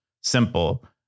simple